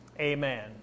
Amen